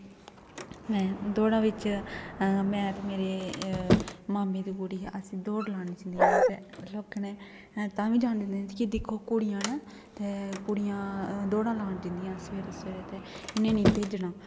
दौड़ा बिच में ते मेरी मामे दी कुड़ी ही अस दौड़ लानै ई जंदियां हियां ते लोकें ने तां बी जान निं दिंदे दिक्खो कुड़ियां न ते कुड़ियां दौड़ां लान जंदियां सबैह्रे सबैह्रे ते इ'नें निं भेजना